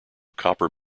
copper